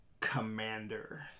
Commander